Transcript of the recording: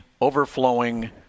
overflowing